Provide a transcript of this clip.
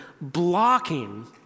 blocking